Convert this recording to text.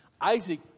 Isaac